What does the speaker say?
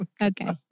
Okay